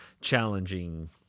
Challenging